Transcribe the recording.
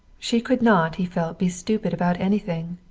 she could not, he felt, be stupid about anything.